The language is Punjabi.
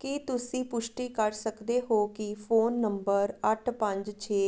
ਕੀ ਤੁਸੀਂ ਪੁਸ਼ਟੀ ਕਰ ਸਕਦੇ ਹੋ ਕਿ ਫੋਨ ਨੰਬਰ ਅੱਠ ਪੰਜ ਛੇ